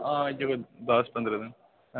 आं इयै कोई दस पंदरां दिन